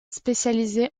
spécialisée